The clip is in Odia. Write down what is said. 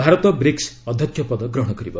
ଭାରତ ବ୍ରିକୁର ଅଧ୍ୟକ୍ଷ ପଦ ଗ୍ରହଣ କରିବ